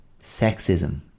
sexism